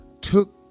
took